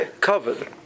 covered